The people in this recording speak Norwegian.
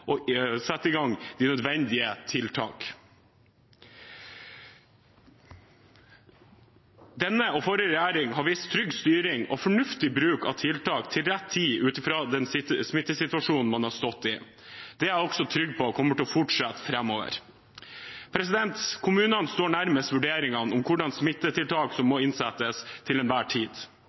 og sette i gang nødvendige tiltak. Denne og forrige regjering har vist trygg styring og fornuftig bruk av tiltak til rett tid ut fra den smittesituasjonen man har stått i. Det er jeg også trygg på kommer til å fortsette framover. Kommunene står nærmest vurderingene av hvilke smitteverntiltak som må settes inn til enhver tid.